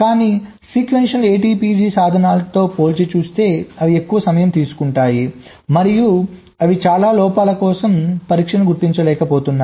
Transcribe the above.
కానీ sequential ATPG సాధనాలు పోల్చి చూస్తే అవి ఎక్కువ సమయం తీసుకుంటాయి మరియు అవి చాలా లోపాల కోసం పరీక్షను గుర్తించలేకపోతాయి